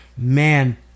Man